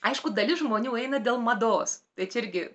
aišku dalis žmonių eina dėl mados bet čia irgi